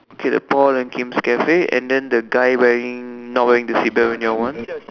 okay the Paul and Kim's cafe and then the guy wearing not wearing the seatbelt ya one